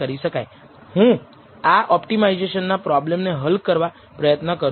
હું આ optimisation problem હલ કરવા પ્રયત્ન કરું છું